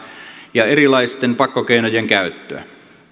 ja erilaisten pakkokeinojen käyttöä